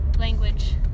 language